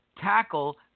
tackle